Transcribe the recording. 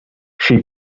she